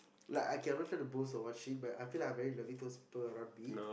like okay I'm not trying to boast or what shit but I feel like I'm very loving to those people around me